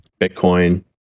Bitcoin